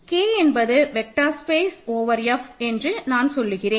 K என்பது vector space over F என்று நான் சொல்லுகிறேன்